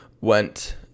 went